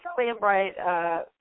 Lambright